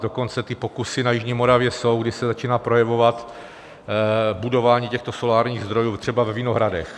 Dokonce ty pokusy na jižní Moravě jsou, kdy se začíná projevovat budování těchto solárních zdrojů třeba ve vinohradech.